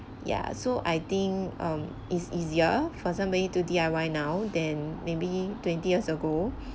ya so I think um it's easier for somebody to D_I_Y now then maybe twenty years ago